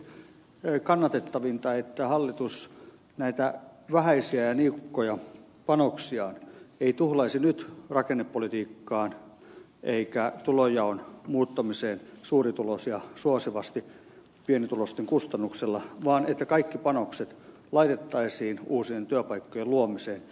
eikö olisi kannatettavinta että hallitus näitä vähäisiä ja niukkoja panoksiaan ei tuhlaisi nyt rakennepolitiikkaan eikä tulonjaon muuttamiseen suurituloisia suosivasti pienituloisten kustannuksella vaan että kaikki panokset laitettaisiin uusien työpaikkojen luomiseen